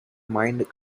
mind